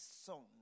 song